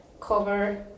cover